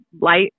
light